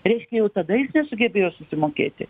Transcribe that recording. reiškia jau tada jis nesugebėjo susimokėti